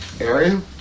area